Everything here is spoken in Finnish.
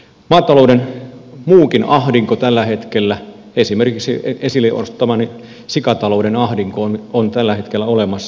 maatalouden muukin ahdinko esimerkiksi esille ottamani sikatalouden ahdinko on tällä hetkellä olemassa